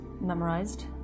Memorized